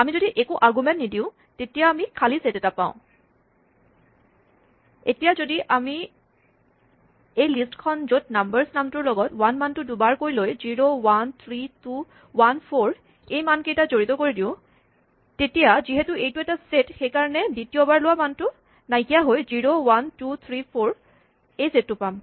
আমি যদি একো আৰগুমেন্ট নিদিও তেতিয়া আমি খালী ছেট পাওঁ এতিয়া আমি যদি এই লিষ্টখন য'ত নাম্বাৰছ নামটোৰ লগত ৱান মানটো দুবাৰ লৈ zero one three two one four এই মানকেইটা জড়িত কৰি দি দিওঁ তেতিয়া যিহেতু এইটো এটা ছেট সেইকাৰণে দ্বিতীয়বাৰ লোৱা মানটো নাইকিয়া হৈ zero one two three four ৰ ছেট এটা পাম